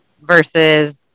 versus